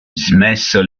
smesso